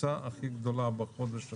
הקפיצה הכי גדולה בחודש האחרון,